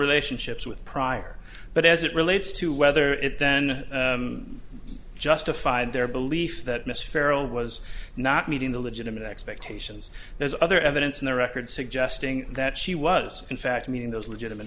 relationships with prior but as it relates to whether it then justified their belief that miss farrel was not meeting the legitimate expectations there's other evidence in the record suggesting that she was in fact meeting those legitimate